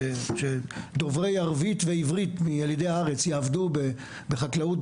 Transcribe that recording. שדוברי ערבית ועברית ילידי הארץ יעבדו בחקלאות,